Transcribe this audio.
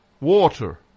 water